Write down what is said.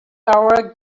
hour